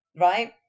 Right